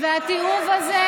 והתיעוב הזה,